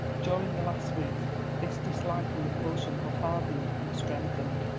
during the last week this dislike and repulsion had hardened and strengthened.